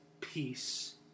peace